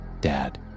dad